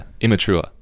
Immature